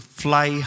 fly